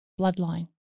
bloodline